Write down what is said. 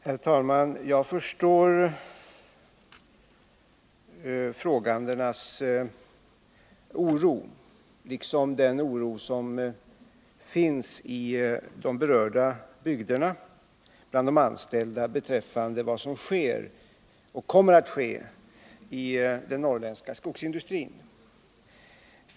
Herr talman! Jag förstår frågeställarnas oro och den oro som finns i de berörda bygderna hos de anställda beträffande vad som sker och vad som kommer att ske i den norrländska skogsindustrin.